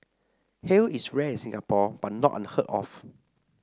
hail is rare in Singapore but not unheard of